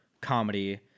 comedy